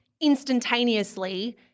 instantaneously